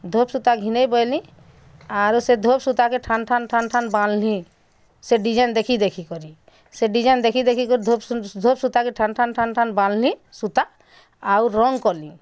ଧ୍ରୁବ୍ ସୂତା ଘିନ୍ଦେମି ବଇଲିଁ ଆରୁ ସେ ଧ୍ରୁବ୍ ସୂତାକେ ଠନ୍ ଠନ୍ ଠନ୍ ଠନ୍ ବାଁଧ୍ଲିଁ ସେ ଡିଜାଇନ୍ ଦେଖି ଦେଖି କରି ସେ ଡିଜାଇନ୍ ଦେଖି ଦେଖି କରି ଧ୍ରୁବ୍ ସୂତାକେ ଠନ୍ ଠନ୍ ଠନ୍ ଠନ୍ ବାଁଧ୍ଲିଁ ସୂତା ଆଉ ରଙ୍ଗ୍ କଲିଁ